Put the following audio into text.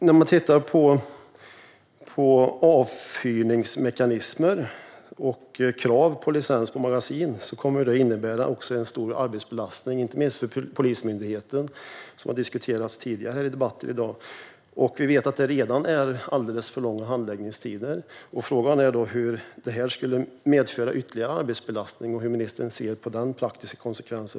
När det gäller krav på licens för magasin och avfyrningsmekanismer kommer det att innebära en stor arbetsbelastning, inte minst för Polismyndigheten som har diskuterats tidigare här i debatten i dag. Vi vet att det redan är alldeles för långa handläggningstider. Frågan är då om detta skulle medföra ytterligare arbetsbelastning och hur ministern ser på denna praktiska konsekvens.